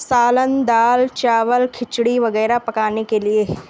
سالن دال چاول کھچڑی وغیرہ پکانے کے لیے